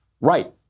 Right